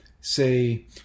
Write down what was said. say